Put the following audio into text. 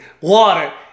water